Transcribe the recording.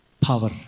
power